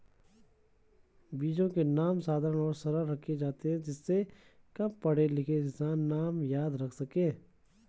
बीजों के नाम साधारण और सरल रखे जाते हैं जिससे कम पढ़े लिखे किसान नाम याद रख सके